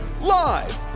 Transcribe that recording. Live